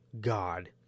God